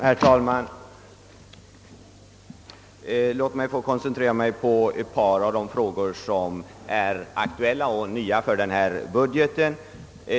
Herr talman! Låt mig få koncentrera mig på ett par av de frågor som är aktuella och nya för denna budget!